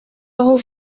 ahubwo